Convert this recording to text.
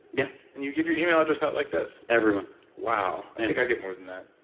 yeah and you give your email address out like this? everyone wow. i think i get more than that.